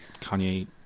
Kanye